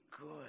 good